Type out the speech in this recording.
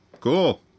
Cool